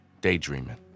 Daydreaming